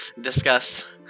discuss